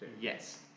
Yes